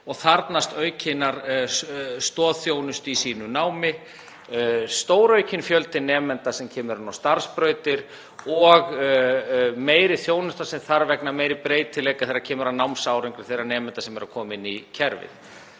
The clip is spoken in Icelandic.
og þarfnast aukinnar stoðþjónustu í sínu námi. Það er stóraukinn fjöldi nemenda sem kemur inn á starfsbrautir og meiri þjónusta sem þarf vegna meiri breytileika þegar kemur að námsárangri þeirra nemenda sem eru að koma inn í kerfið.